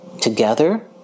together